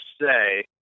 say